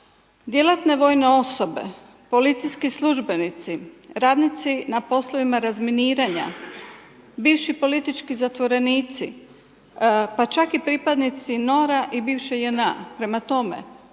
djelatne vojne osobe, policijski službenici, radnici na poslovima razminiranja, bivši politički zatvorenici, pa čak i pripadnici NOR-a i bivše JNA. Prema tome,